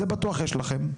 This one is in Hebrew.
זה בטוח יש לכם.